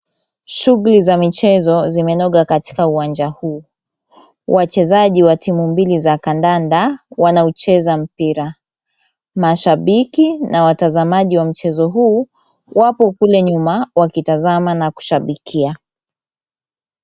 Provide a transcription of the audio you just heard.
Shughuli za michezo zimenoga katika uwanja huu, wachezaji wa timu mbili za kandanda wanaucheza mpira, mashabiki na watazamaji wa mchezo huu wapo kule nyuma wakitazama na kushabikia.